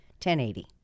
1080